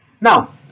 Now